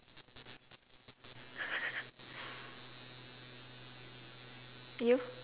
you